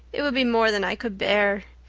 it would be more than i could bear.